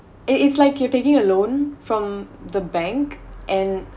it it's like you're taking a loan from the bank and